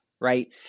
Right